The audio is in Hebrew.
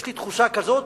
יש לי תחושה כזאת,